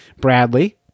Bradley